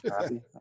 happy